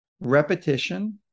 repetition